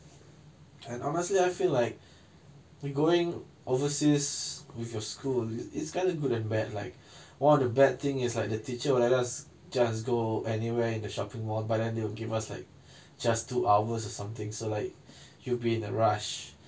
and honestly I feel like we going overseas with your school it's kinda good and bad like while the bad thing is like the teacher will let us just go anywhere in the shopping mall but then they will give us like just two hours or something so like you'll be in a rush